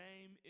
name